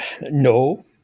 No